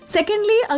Secondly